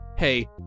hey